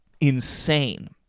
insane